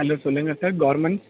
hello சொல்லுங்க sir garments